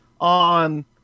on